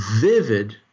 vivid